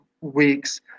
weeks